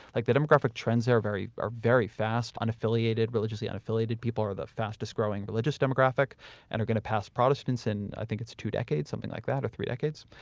like the demographic trends are very are very fast, unaffiliated, religiously unaffiliated people are the fastest growing religious demographic and are going to pass protestants in, i think it's two decades, something like that or three decades.